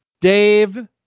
dave